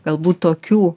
galbūt tokių